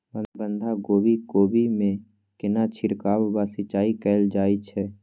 बंधागोभी कोबी मे केना छिरकाव व सिंचाई कैल जाय छै?